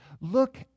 Look